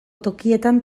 tokietan